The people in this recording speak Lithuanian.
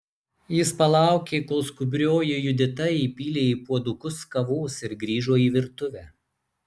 jis palaukė kol skubrioji judita įpylė į puodukus kavos ir grįžo į virtuvę